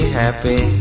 happy